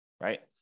right